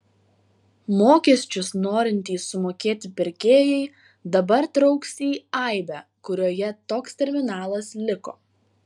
mokesčius norintys sumokėti pirkėjai dabar trauks į aibę kurioje toks terminalas liko